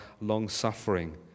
long-suffering